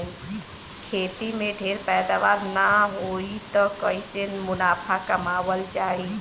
खेती में ढेर पैदावार न होई त कईसे मुनाफा कमावल जाई